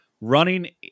running